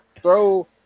throw